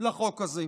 לחוק הזה: